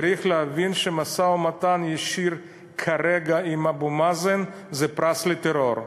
צריך להבין שמשא-ומתן ישיר כרגע עם אבו מאזן זה פרס לטרור.